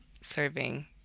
serving